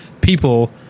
People